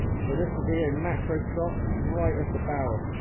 so this will be a macro shot right at the barrel.